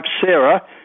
Sarah